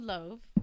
Love